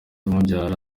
umubyara